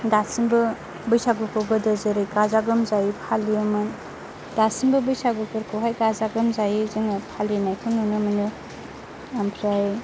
दासिमबो बैसागुखौ गोदो जेरै गाजा गोमजायै फालियोमोन दासिमबो बैसागुफोरखौहाय गाजा गोमजायै जोङो फालिनायखौ नुनो मोनो ओमफ्राय